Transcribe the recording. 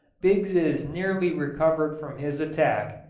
biggs is nearly recovered from his attack,